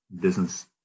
business